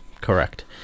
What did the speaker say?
Correct